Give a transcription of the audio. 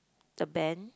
the band